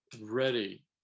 ready